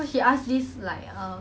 cause she ask this like um